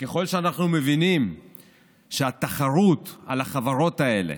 וככל שאנחנו מבינים שהתחרות על החברות האלה